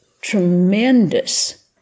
tremendous